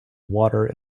water